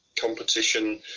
competition